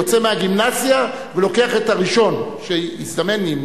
יוצא מהגימנסיה ולוקח את הראשון שהזדמן לי,